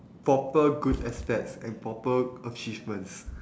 proper good aspects and proper achievements